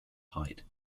height